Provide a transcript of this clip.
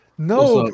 No